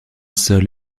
seul